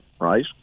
right